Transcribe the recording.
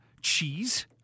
cheese